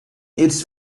its